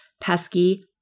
pesky